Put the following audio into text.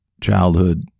childhood